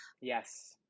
Yes